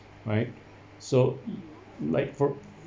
right so like for